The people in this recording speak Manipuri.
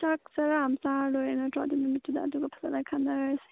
ꯆꯥꯛ ꯆꯔꯥ ꯑꯃ ꯆꯥꯔ ꯂꯣꯏꯔꯦ ꯅꯠꯇ꯭ꯔꯣ ꯑꯗꯨꯏ ꯅꯨꯃꯤꯠꯇꯨꯗ ꯑꯗꯨꯒ ꯐꯖꯅ ꯈꯟꯅꯔꯁꯦ